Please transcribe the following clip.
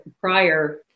prior